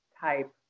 type